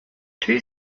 two